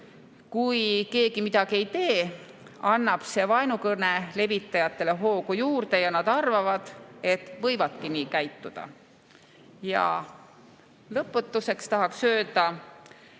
Kui keegi midagi [selle vastu] ei tee, annab see vaenukõne levitajatele hoogu juurde ja nad arvavad, et võivadki nii käituda. Lõpetuseks tahaksin öelda,